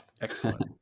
Excellent